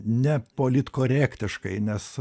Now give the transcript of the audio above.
ne politkorektiškai nes